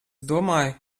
domāju